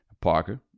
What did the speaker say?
Parker